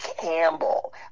Campbell